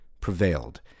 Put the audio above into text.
prevailed